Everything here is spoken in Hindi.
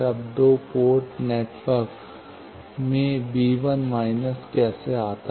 अब दो पोर्ट नेटवर्क में कैसे आता है